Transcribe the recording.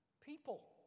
people